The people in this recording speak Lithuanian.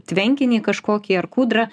tvenkinį kažkokį ar kūdrą